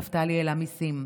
נפתלי העלה מיסים,